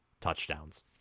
touchdowns